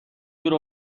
دور